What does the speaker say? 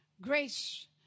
Grace